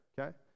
okay